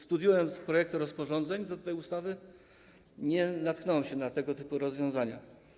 Studiując korektę rozporządzeń do tej ustawy, nie natknąłem się na tego typu rozwiązania.